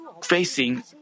Facing